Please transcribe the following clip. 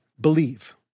believe